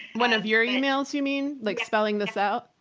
one of your emails, you mean? like spelling this out?